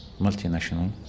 multinational